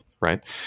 right